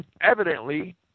evidently